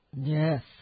Yes